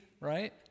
right